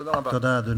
תודה רבה.